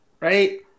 right